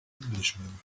englishman